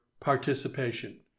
participation